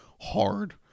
hard